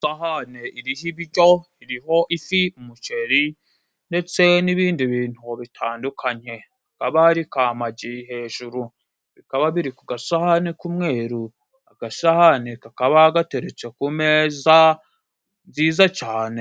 Isahane iriho ibijyo iriho ifi, umuceri ndetse n'ibindi bintu bitandukanye. Hakaba hari kamagi hejuru bikaba biri ku gasahani k'umweru, agasahani kakaba gateretse ku meza nziza cyane.